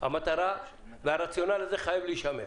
והמטרה והרציונל הזה חייבים להישמר.